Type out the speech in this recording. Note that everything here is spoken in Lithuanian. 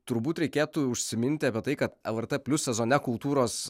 turbūt reikėtų užsiminti apie tai kad lrt plius sezone kultūros